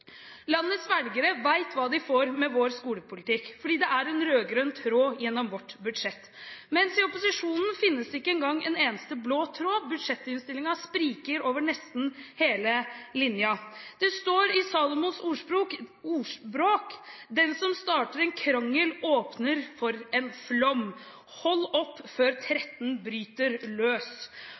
Landets velgere vet hva de får med vår skolepolitikk, fordi det er en rød-grønn tråd gjennom vårt budsjett. I opposisjonen finnes ikke engang en eneste blå tråd, budsjettinnstillingen spriker over nesten hele linjen. Det står i Salomos ordspråk: «Den som starter en krangel, åpner for en flom. Hold opp før tretten bryter løs!»